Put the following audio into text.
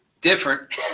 different